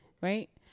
Right